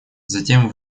затем